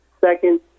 Second